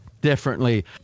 differently